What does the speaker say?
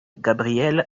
gabriel